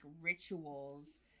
rituals